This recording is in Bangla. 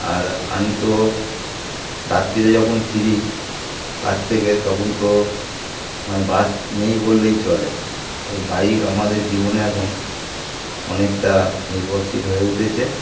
আর আমি তো রাত্রিরে যখন ফিরি কাছ থেকে তখন তো মানে বাস নেই বললেই চলে তাই বাইক আমাদের জীবনে এখন অনেকটা নির্ভরশীল হয়ে উঠেছে